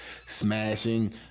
Smashing